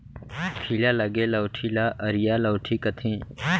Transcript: खीला लगे लउठी ल अरिया लउठी कथें